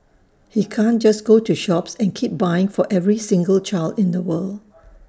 he can't just go to shops and keep buying for every single child in the world